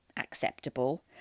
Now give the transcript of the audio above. Acceptable